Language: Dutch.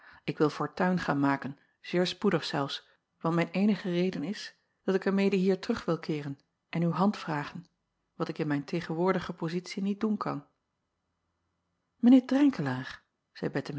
ik wil fortuin gaan maken zeer spoedig zelfs want mijn eenige reden is dat ik er mede hier terug wil keeren en uwe hand vragen wat ik in mijn tegenwoordige pozitie niet doen kan ijn eer